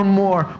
more